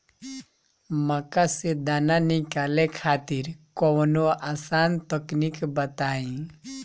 मक्का से दाना निकाले खातिर कवनो आसान तकनीक बताईं?